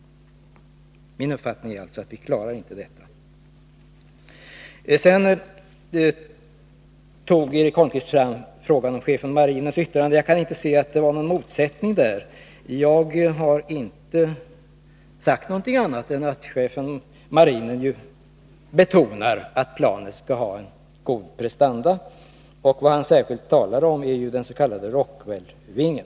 Min uppfattning är alltså att man inte klarar det inom den angivna tiden. Eric Holmqvist tog upp yttrandet av chefen för marinen. Jag kan inte se att det är någon motsättning där. Jag har inte sagt något annat än att chefen för marinen betonar att planet skall ha goda prestanda. Vad han särskilt talar om är den s.k. Rockwellvingen.